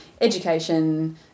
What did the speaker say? education